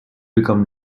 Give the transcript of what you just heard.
become